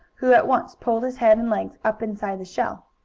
who at once pulled his head and legs up inside his shell.